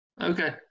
Okay